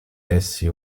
essi